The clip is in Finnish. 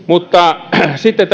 mutta sitten